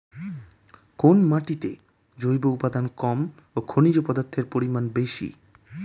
কোন মাটিতে জৈব উপাদান কম ও খনিজ পদার্থের পরিমাণ বেশি?